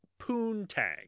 poontang